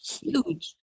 huge